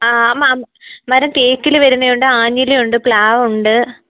ആ ആ മരം തേക്കിൽ വരുന്നുണ്ട് ആനില ഉണ്ട് പ്ലാവ് ഉണ്ട്